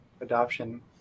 adoption